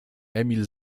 emil